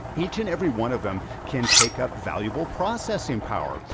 each and every one of them can take up valuable processing power.